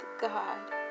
God